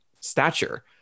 stature